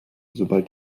sobald